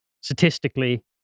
statistically